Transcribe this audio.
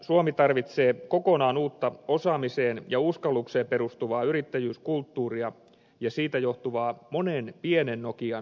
suomi tarvitsee kokonaan uutta osaamiseen ja uskallukseen perustuvaa yrittäjyyskulttuuria ja siitä johtuvaa monen pienen nokian menestystä